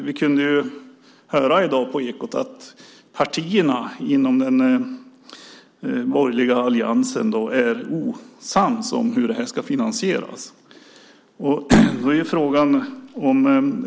Vi kunde höra på Ekot i dag att partierna inom den borgerliga alliansen är osams om hur det ska finansieras.